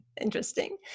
interesting